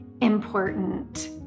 important